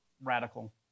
radical